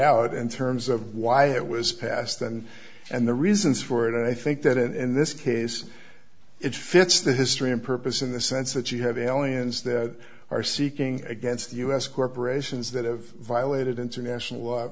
out in terms of why it was passed and and the reasons for it and i think that in this case it fits the history and purpose in the sense that you have aliens that are seeking against us corporations that have violated international